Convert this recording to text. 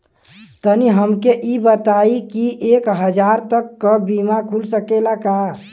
तनि हमके इ बताईं की एक हजार तक क बीमा खुल सकेला का?